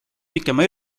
pikema